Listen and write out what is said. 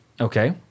Okay